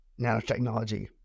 nanotechnology